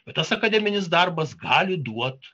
vat tas akademinis darbas gali duot